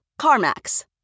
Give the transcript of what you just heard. CarMax